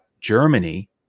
germany